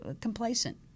complacent